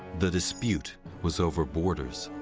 the dispute was over borders.